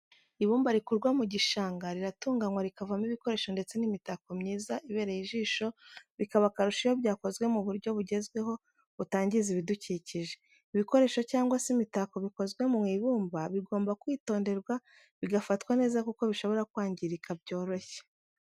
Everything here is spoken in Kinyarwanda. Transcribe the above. Ibumba rikurwa mu gishanga riratunganywa rikavamo ibikoresho ndetse n'imitako myiza ibereye ijisho bikaba akarusho iyo byakozwe mu buryo bugezweho butangiza ibidukikije. Ibikoresho cyangwa se imitako bikozwe mu ibumba bigomba kwitonderwa bigafatwa neza kuko bishobora kwangirika byoroshye.